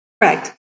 Correct